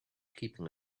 keeping